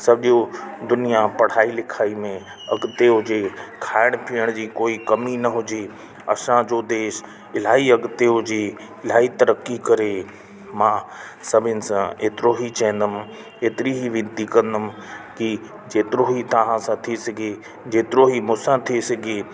सॼो दुनिया पढ़ाई लिखाई में अॻिते हुजे खाइण पीअण जी कोई कमी न हुजे असांजो देश इलाही अॻिते हुजे इलाही तरक़ी करे मां सभिनि सां हेतिरो ई चवंदुमि एतिरी ई वेनिती कंदुमि की जेतिरो ई तव्हां सां थी सघे जेतिरो ई मूंसां थी सघे